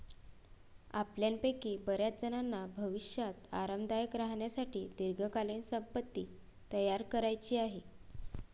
आपल्यापैकी बर्याचजणांना भविष्यात आरामदायक राहण्यासाठी दीर्घकालीन संपत्ती तयार करायची आहे